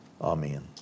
amen